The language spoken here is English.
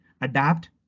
adapt